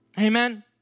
Amen